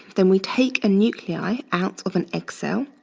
then we take a nuclei out of an egg cell.